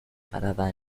parada